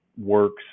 works